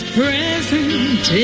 present